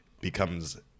becomes